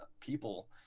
people